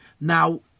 Now